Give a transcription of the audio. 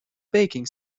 baking